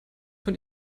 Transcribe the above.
von